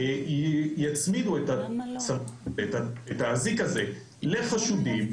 יצמידו את האזיק הזה לחשודים,